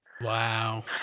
Wow